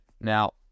now